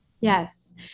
Yes